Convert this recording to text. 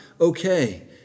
okay